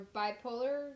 bipolar